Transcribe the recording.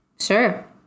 Sure